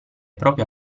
proprio